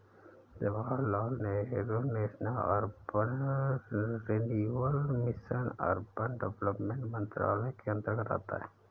Jawaharlal Nehru national urban renewal mission urban development मंत्रालय के अंतर्गत आता है